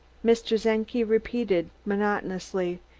mr. czenki repeated monotonously.